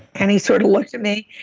and he sort of looked at me,